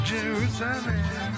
Jerusalem